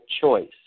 Choice